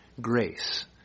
grace